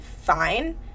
fine